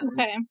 Okay